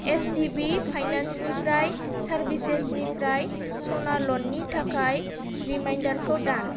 S D B फाइनान्सनिफ्राय सार्भिसेसनिफ्राय स'ना ल'ननि थाखाय रिमाइन्दारखौ दान